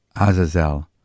Azazel